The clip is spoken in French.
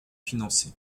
financer